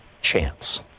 chance